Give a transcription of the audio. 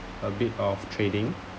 a bit of trading